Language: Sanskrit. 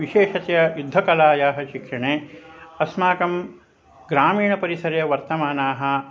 विशेषतया युद्धकलायाः शिक्षणे अस्माकं ग्रामीणपरिसरे वर्तमानाः